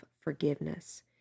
forgiveness